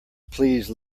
please